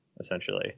essentially